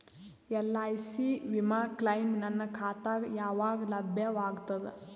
LIC ವಿಮಾ claim ನನ್ನ ಖಾತಾಗ ಯಾವಾಗ ಲಭ್ಯವಾಗತದ?